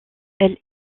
elle